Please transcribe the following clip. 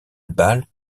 balle